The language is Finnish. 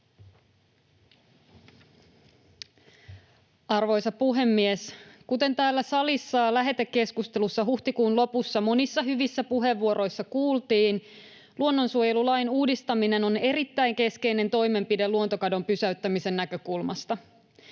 Arvoisa puhemies! Kuten täällä salissa lähetekeskustelussa huhtikuun lopussa monissa hyvissä puheenvuoroissa kuultiin, luonnonsuojelulain uudistaminen on erittäin keskeinen toimenpide luontokadon pysäyttämisen näkökulmasta.